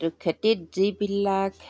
তো খেতিত যিবিলাক